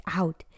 out